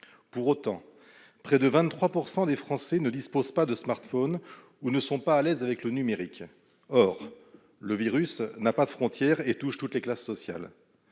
Pour autant, près de 23 % des Français ne disposent pas de smartphone ou ne sont pas à l'aise avec le numérique. Or, le virus n'a pas de frontière et touche toutes les classes sociales.